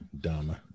Dumb